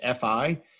fi